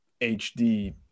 HD